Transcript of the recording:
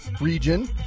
region